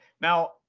now